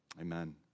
Amen